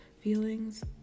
feelings